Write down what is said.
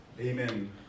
Amen